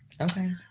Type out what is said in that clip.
Okay